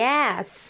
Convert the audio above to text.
Yes